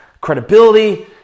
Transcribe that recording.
credibility